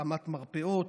התאמת מרפאות,